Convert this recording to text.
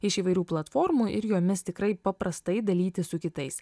iš įvairių platformų ir jomis tikrai paprastai dalytis su kitais